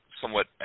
somewhat